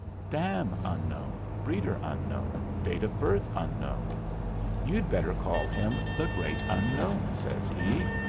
dam unknown, breeder unknown, date of birth unknown you'd better call him the great unknown says he.